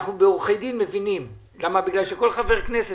אנחנו מבינים בעורכי-דין בגלל שכל חבר כנסת